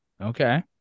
Okay